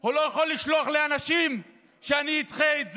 הוא לא יכול לשלוח לי אנשים שאני אדחה את זה.